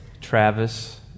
Travis